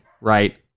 right